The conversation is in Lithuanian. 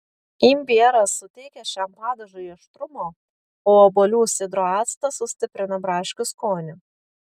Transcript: imbieras suteikia šiam padažui aštrumo o obuolių sidro actas sustiprina braškių skonį